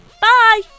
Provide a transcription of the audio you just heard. Bye